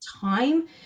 time